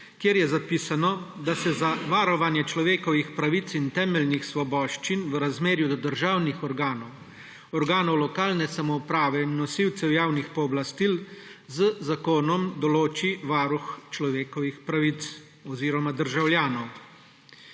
kjer je zapisano, da se za varovanje človekovih pravic in temeljih svoboščin v razmerju do državnih organov, organov lokalne samouprave in nosilcev javnih pooblastil z zakonom določi varuh človekovih pravic oziroma državljanov.